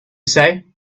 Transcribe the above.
say